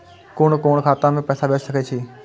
कुन कोण खाता में पैसा भेज सके छी?